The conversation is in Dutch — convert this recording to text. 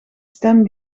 stem